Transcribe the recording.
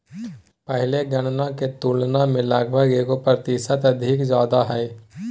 पहले गणना के तुलना में लगभग एगो प्रतिशत अधिक ज्यादा हइ